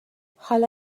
حالا